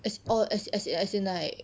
as orh as as as in like